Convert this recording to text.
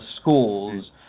schools